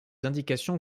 indications